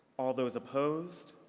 all those opposed?